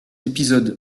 épisode